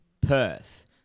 Perth